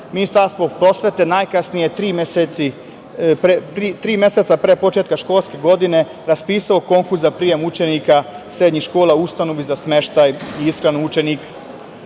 Ministarstvo prosvete najkasnije tri meseca pre početka školske godine raspisalo konkurs za prijem učenika srednjih škola u ustanovu za smeštaj i ishranu